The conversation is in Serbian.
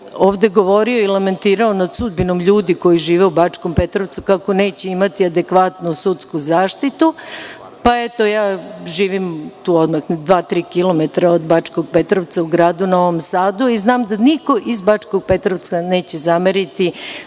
ovde govorio i lamentirao nad sudbinom ljudi koji žive u Bačkom Petrovcu kako neće imati adekvatnu sudsku zaštitu. Eto, ja živim dva, tri kilometara od Bačkog Petrovca, u gradu Novom Sadu i znam da niko iz Bačkog Petrovca neće zameriti